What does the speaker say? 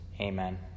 amen